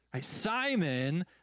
Simon